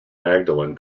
magdalen